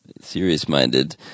Serious-minded